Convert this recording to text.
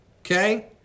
okay